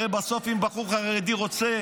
הרי בסוף אם בחור חרדי רוצה